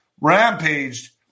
rampaged